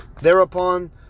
thereupon